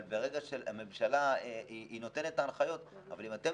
אבל ברגע שהממשלה נותנת הנחיות אבל אם אתם